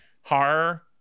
horror